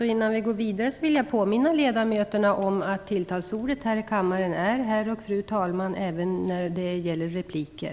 Innan vi går vidare vill jag påminna ledamöterna om att tilltalsordet här i kammaren är herr eller fru talman även när det gäller repliker.